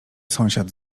sąsiad